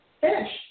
Finish